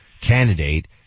candidate